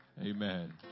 amen